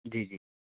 जी जी